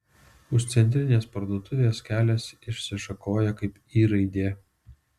už centrinės parduotuvės kelias išsišakoja kaip y raidė